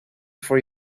for